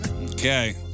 Okay